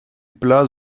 plat